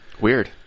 Weird